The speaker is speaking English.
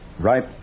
Right